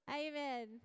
Amen